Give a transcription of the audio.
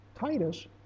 Titus